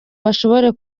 bashobore